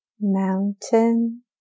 mountain